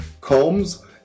Combs